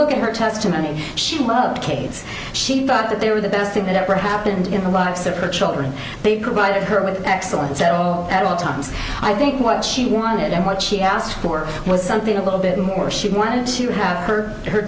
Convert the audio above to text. look at her testimony she loved kate's she thought that they were the best thing that ever happened in the lives of her children they provided her with excellent fellow at all times i think what she wanted and what she asked for was something a little bit more she wanted to have her her